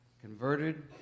converted